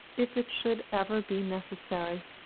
if it should ever be necessary.